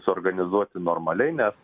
suorganizuoti normaliai nes